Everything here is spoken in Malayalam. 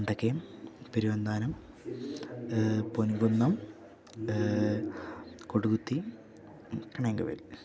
മുണ്ടക്കയം തിരുവന്താനം പൊൻകുന്നം കൊടുകുത്തി കണേങ്കവൽ